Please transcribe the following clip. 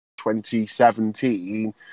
2017